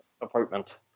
apartment